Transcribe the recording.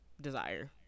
desire